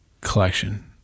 collection